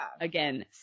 again